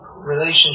relationship